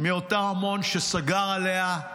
מאותו המון שסגר עליה,